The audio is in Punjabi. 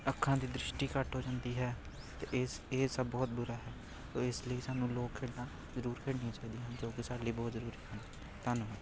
ਅੱਖਾਂ ਦੀ ਦ੍ਰਿਸ਼ਟੀ ਘੱਟ ਹੋ ਜਾਂਦੀ ਹੈ ਅਤੇ ਇਹ ਇਹ ਸਭ ਬਹੁਤ ਬੁਰਾ ਹੈ ਇਸ ਲਈ ਸਾਨੂੰ ਲੋਕ ਖੇਡਾਂ ਜ਼ਰੂਰ ਖੇਡਣੀਆਂ ਚਾਹੀਦੀਆਂ ਹਨ ਜੋ ਕਿ ਸਾਡੇ ਲਈ ਬਹੁਤ ਜ਼ਰੂਰੀ ਹਨ ਧੰਨਵਾਦ